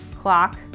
clock